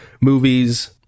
movies